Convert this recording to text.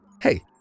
Hey